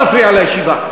אל תפריע לישיבה.